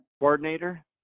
Coordinator